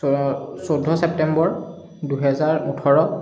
চ চৈধ্য ছেপ্টেম্বৰ দুহেজাৰ ওঠৰ